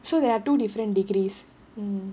so they are two different degrees mm